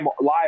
live